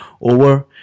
over